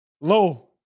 Low